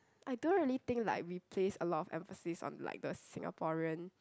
I don't really think like we place a lot of emphasis on like the Singaporean